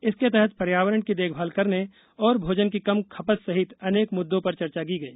इसके तहत पर्यावरण की देखभाल करने और भोजन की कम खपत सहित अनेक मुद्दों पर चर्चा की गई